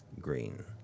Green